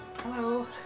Hello